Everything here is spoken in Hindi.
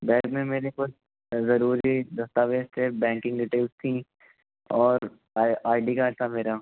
बैग में मेरे कुछ ज़रूरी दस्तावेज़ थे बैंकिंग डिटेल्स थीं और आई आई डी कार्ड था मेरा